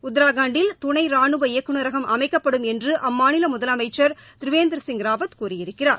உத்ராகண்டில் துணை ராணுவ இயக்குநரகம் அமைக்கப்படும் என்று அம்மாநில முதலமைச்சா திரிவேந்திரசிங் ராவத் கூறியிருக்கிறார்